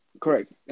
correct